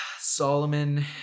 Solomon